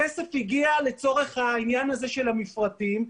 הכסף הגיע לצורך העניין הזה של המפרטים,